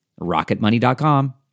rocketmoney.com